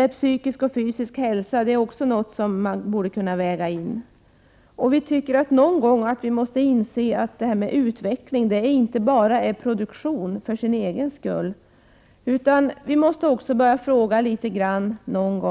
Psykisk och fysisk hälsa är också något som man borde kunna väga in. Någon gång borde vi inse att utvecklingen inte bara är produktion för sin egen skull. Vi måste någon gång fråga